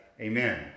Amen